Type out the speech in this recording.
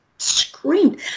screamed